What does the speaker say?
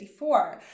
1954